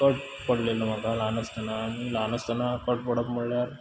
cut पडलेलो म्हाका ल्हान आसताना आनी ल्हान आसताना कट पडप म्हळ्ळ्यार